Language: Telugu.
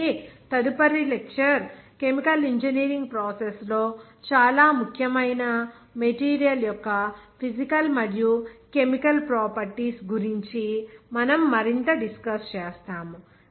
కాబట్టి తదుపరి లెక్చర్ కెమికల్ ఇంజనీరింగ్ ప్రాసెస్ లో చాలా ముఖ్యమైన మెటీరియల్ యొక్క ఫిసికల్ మరియు కెమికల్ ప్రాపర్టీస్ గురించి మనం మరింత డిస్కస్ చేస్తాము